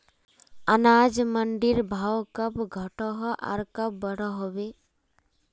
अनाज मंडीर भाव कब घटोहो आर कब बढ़ो होबे?